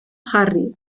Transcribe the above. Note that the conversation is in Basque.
jarri